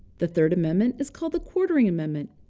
the third amendment is called the quartering amendment.